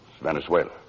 Venezuela